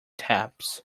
taps